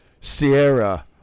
Sierra